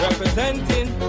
Representing